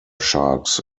sharks